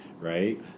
right